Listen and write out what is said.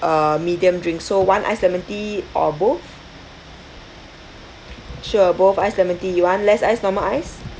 uh medium drink so one ice lemon tea or both sure both ice lemon tea you want less ice normal ice